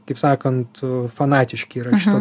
kaip sakant fanatiški yra ant šito